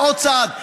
ועוד צעד.